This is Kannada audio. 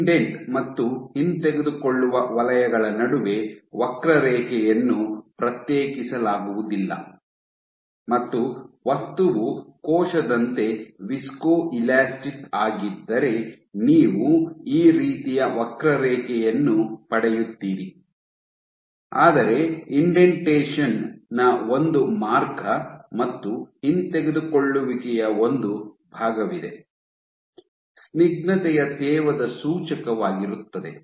ಇಂಡೆಂಟ್ ಮತ್ತು ಹಿಂತೆಗೆದುಕೊಳ್ಳುವ ವಲಯಗಳ ನಡುವೆ ವಕ್ರರೇಖೆಯನ್ನು ಪ್ರತ್ಯೇಕಿಸಲಾಗುವುದಿಲ್ಲ ಮತ್ತು ವಸ್ತುವು ಕೋಶದಂತೆ ವಿಸ್ಕೊಲಾಸ್ಟಿಕ್ ಆಗಿದ್ದರೆ ನೀವು ಈ ರೀತಿಯ ವಕ್ರರೇಖೆಯನ್ನು ಪಡೆಯುತ್ತೀರಿ ಆದರೆ ಇಂಡೆಂಟೇಶನ್ ನ ಒಂದು ಮಾರ್ಗ ಮತ್ತು ಹಿಂತೆಗೆದುಕೊಳ್ಳುವಿಕೆಯ ಒಂದು ಭಾಗವಿದೆ ಸ್ನಿಗ್ಧತೆಯ ತೇವದ ಸೂಚಕ ವಾಗಿರುತ್ತದೆ